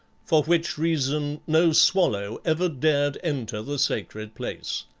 for which reason no swallow ever dared enter the sacred place.